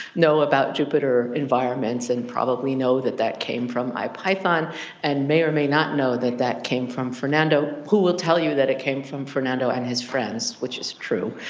know about jupyter environments and probably know that that came from ipython and may or may not know that that came from fernando who will tell you that it came from fernando and his friends, which is true.